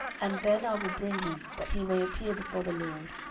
and then i will bring him, that he may appear before the lord,